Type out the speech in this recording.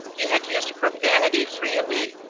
he had used profanity freely,